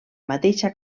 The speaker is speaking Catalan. mateixa